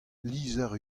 lizher